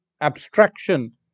abstraction